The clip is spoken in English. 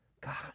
god